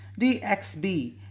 dxb